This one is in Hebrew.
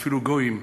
אפילו גויים,